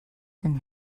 and